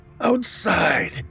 Outside